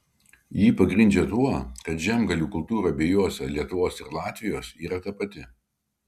jį pagrindžia tuo kad žemgalių kultūra abiejose lietuvos ir latvijos yra tapati